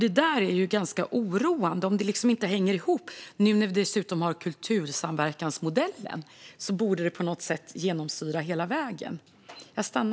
Det är ganska oroande om detta inte hänger ihop. Nu när vi dessutom har kultursamverkansmodellen borde det här på något sätt genomsyra hela vägen.